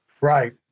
Right